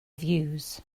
views